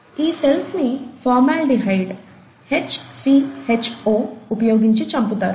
ఈ సెల్స్ ని formaldehyde HCHO ఉపయోగించి చంపుతారు